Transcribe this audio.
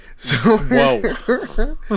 Whoa